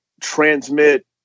transmit